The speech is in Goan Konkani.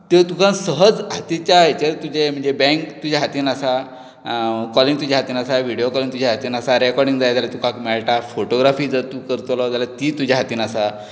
त्यो तुका सहज हातीच्या हेजेर तुज्या म्हणजें बँक तुज्या हातीन आसा कॉलींग तुज्या हातीन आसा व्हिडियो कॉल तुज्या हातीन आसा रॅकॉर्डींग जाय जाल्यार तुका मेळटा फोटोग्राफी जर तूं करतलो जाल्यार ती तुज्या हातीन आसा